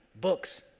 books